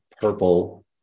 purple